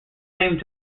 same